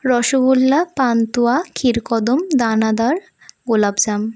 রসগোল্লা পান্তুয়া ক্ষীরকদম্ব দানাদার গোলাপজাম